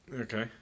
Okay